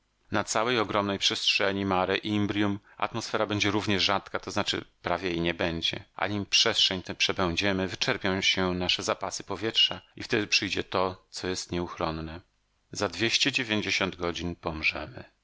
na całej ogromnej przestrzeni mare imbrium atmosfera będzie równie rzadka to znaczy prawie jej nie będzie a nim przestrzeń tę przebędziemy wyczerpią się nasze zapasy powietrza i wtedy przyjdzie to co jest nieuchronne za dwieście dziewięćdziesiąt godzin